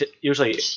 usually